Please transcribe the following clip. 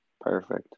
Perfect